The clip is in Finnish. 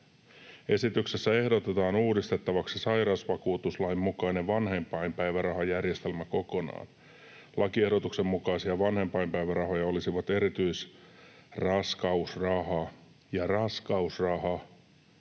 ”Esityksessä ehdotetaan uudistettavaksi sairausvakuutuslain mukainen vanhempainpäivärahajärjestelmä kokonaan. Lakiehdotuksen mukaisia vanhempainpäivärahoja olisivat erityisraskausraha, raskausraha